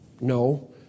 No